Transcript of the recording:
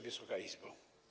Wysoka Izbo!